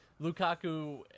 Lukaku